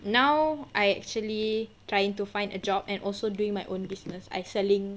now I actually trying to find a job and also doing my own business I selling